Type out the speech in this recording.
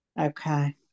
Okay